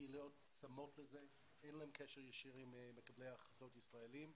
לקהילות אין קשר ישיר עם מקבלי ההחלטות הישראלים.